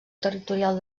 territorial